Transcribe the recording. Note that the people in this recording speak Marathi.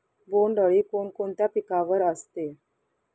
बोंडअळी कोणकोणत्या पिकावर असते?